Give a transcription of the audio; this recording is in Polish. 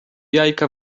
jajka